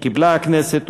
שקיבלה הכנסת,